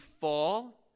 fall